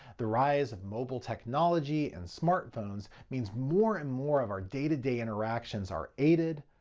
the rise of mobile technology and smart phones means more and more of our day to day interactions are aided,